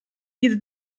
diese